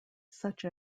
such